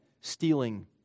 stealing